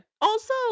Also-